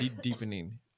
deepening